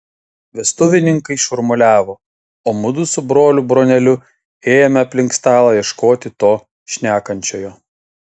vestuvininkai šurmuliavo o mudu su broliu broneliu ėjome aplink stalą ieškoti to šnekančiojo